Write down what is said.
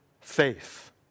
faith